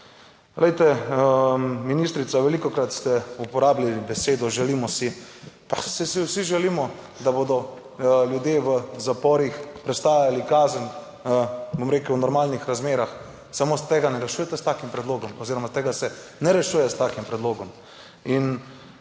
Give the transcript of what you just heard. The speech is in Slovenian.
Glejte ministrica, velikokrat ste uporabili besedo želimo si, pa saj si vsi želimo, da bodo ljudje v zaporih prestajali kazen, bom rekel v normalnih razmerah samo tega ne rešujete s takim predlogom oziroma tega se ne rešuje s takim predlogom